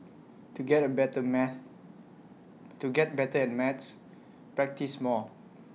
to get A better maths to get better at maths practise more